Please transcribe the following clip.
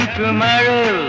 tomorrow